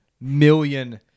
million